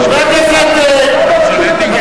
גם החברים שלך רצו להיות בקדימה.